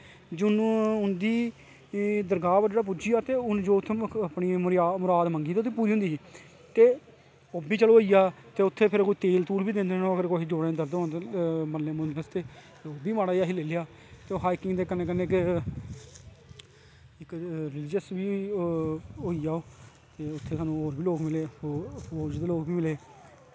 जदूं उंदी दरगाह् पर पुज्जिया ते उत्थें मुराद मंगी तां पूरी होंदी ही ते ओह् बी चलो होईया ते उत्थें फिर तेल तूल बी दिंदे न अगर कुसेगी जोड़ें दर्दांहोन ते मलनें मुलनें आस्तै ओह् बी असें माड़ा जेहा लेई लेआ ते ओह् हाईकिंग दे कन्नैं कन्नैं इक रलिजियस बी होइया ओह् ते उत्थें साह्नू होर बी लोग मिले फौज़ दे लोग मिले